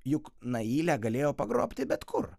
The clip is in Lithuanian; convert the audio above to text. juk nailę galėjo pagrobti bet kur